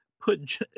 put